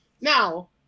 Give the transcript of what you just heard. Now